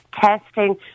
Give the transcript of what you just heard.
testing